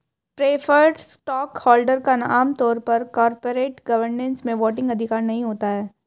preferred stockholder का आम तौर पर कॉरपोरेट गवर्नेंस में वोटिंग अधिकार नहीं होता है